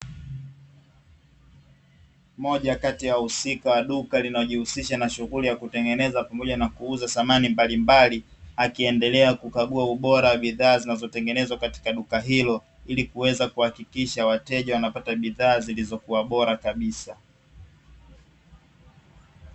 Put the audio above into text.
Moja kati ya wahusika wa duka linalojihusisha na shughuli ya kutengeneza pamoja na kuuza samani mbalimbali, akiendelea kukagua ubora wa bidhaa zinazotengenezwa katika duka hilo, ili kuweza kuhakikisha wateja wanapata bidhaa zilizokuwa bora kabisa.